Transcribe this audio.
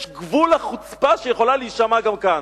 יש גבול לחוצפה שיכולה להישמע גם כאן.